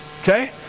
Okay